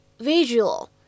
visual